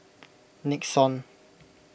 Nixon